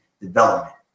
development